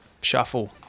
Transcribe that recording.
shuffle